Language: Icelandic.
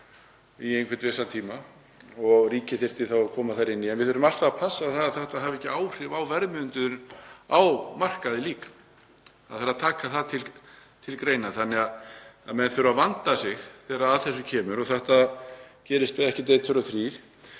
í einhvern tíma og ríkið þyrfti þá að koma þar inn í. En við þurfum alltaf að passa að slíkt hefði ekki áhrif á verðmyndun á markaði. Það þarf líka að taka það til greina þannig að menn þurfa að vanda sig þegar að þessu kemur, og þetta gerist ekki einn, tveir